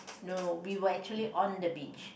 no we were actually on the beach